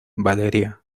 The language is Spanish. valeria